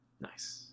Nice